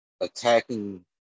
attacking